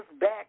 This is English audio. back